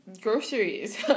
groceries